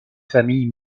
familles